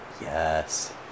yes